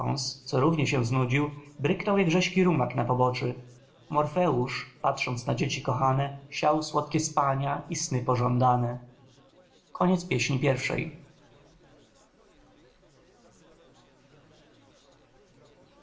co równie się znudził bryknął jak rzeźki rumak na poboczy morfeusz patrząc na dzieci kochane siał słodkie spania i sny pożądane